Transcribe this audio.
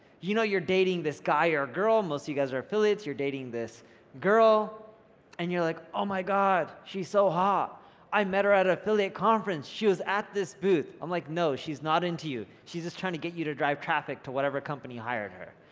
you know you're dating this guy or girl, most you are affiliates, you're dating this girl and you're like oh my god, she's so hot i met her at an affiliate conference. she was at this booth, i'm like no she's not into you, she's just trying to get you to drive traffic to whatever company hired her,